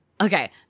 okay